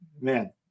man